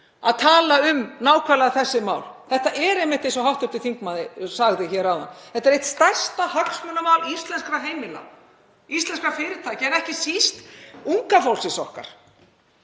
að tala um nákvæmlega þessi mál. Þetta er einmitt, eins og hv. þingmaður sagði hér áðan, eitt stærsta hagsmunamál íslenskra heimila og íslenskra fyrirtækja en ekki síst unga fólksins okkar.